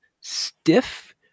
stiff